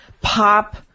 pop